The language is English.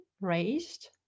raised